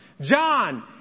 John